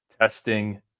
testing